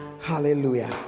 Hallelujah